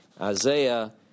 Isaiah